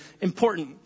important